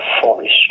forest